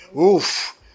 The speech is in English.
Oof